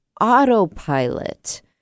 autopilot